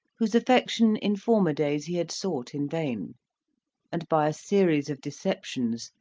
whose affection in former days he had sought in vain and by a series of deceptions,